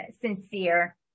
sincere